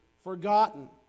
forgotten